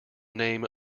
name